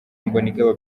mbonigaba